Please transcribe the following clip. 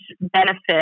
benefit